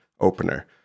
opener